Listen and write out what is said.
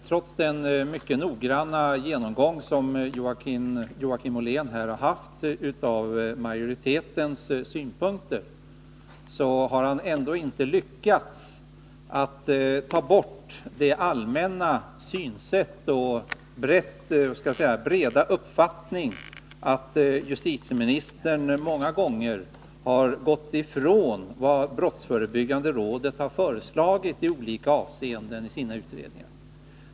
Trots den mycket noggranna genomgång som Joakim Ollén har gjort av majoritetens synpunkter har han ändå inte lyckats att ta avstånd från det allmänna synsätt och den breda uppfattning som lett till att justitieministern många gånger har gått ifrån vad brottsförebyggande rådet har föreslagit i olika avseenden i sina utredningar.